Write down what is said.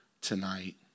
tonight